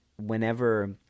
Whenever